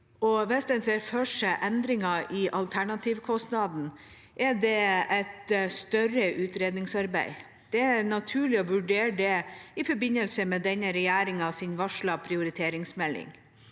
Hvis en ser for seg endringer i alternativkostnaden, er det et større utredningsarbeid. Det er naturlig å vurdere det i forbindelse med denne regjeringens varslede prioriteringsmelding.